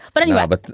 but anyway, but